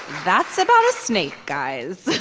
that's about a snake. guys.